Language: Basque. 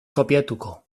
kopiatuko